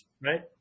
right